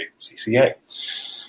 CCA